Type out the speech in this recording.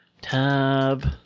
Tab